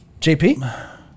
jp